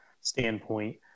standpoint